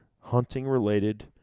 hunting-related